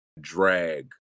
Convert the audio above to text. drag